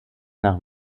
nach